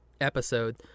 episode